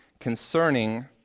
concerning